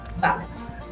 balance